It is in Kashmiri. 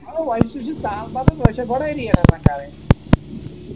اَوٕ ویسے چھُ سَہل بَنان ویسے چھِ بۅنے ریٹ آسان کَرٕنۍ